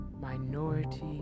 minority